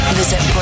visit